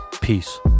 Peace